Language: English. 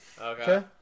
okay